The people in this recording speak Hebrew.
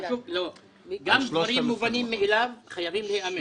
גם דברים מובנים מאליהם חייבים להיאמר.